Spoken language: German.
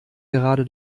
gerade